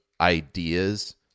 ideas